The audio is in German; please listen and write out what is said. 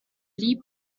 ihm